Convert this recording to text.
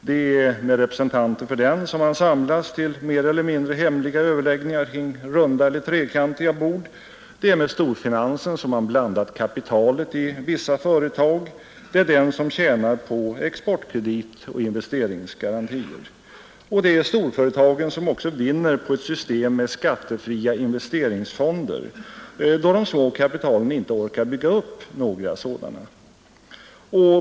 Det är med representanter för den som man samlas till mer eller mindre hemliga överläggningar kring runda eller trekantiga bord, det är med storfinansen som man blandar kapitalet i vissa företag, det är den som tjänar på exportkredit och investeringsgarantier. Och det är storföretagen som vinner på ett system med skattefria investeringsfonder, då de små kapitalen inte orkar bygga upp några sådana.